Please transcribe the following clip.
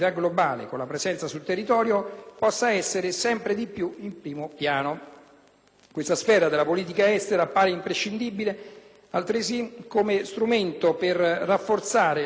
Tale sfera della politica estera appare imprescindibile altresì come strumento per rafforzare la posizione italiana nei consessi internazionali, Europa, NATO, ONU, OCSE,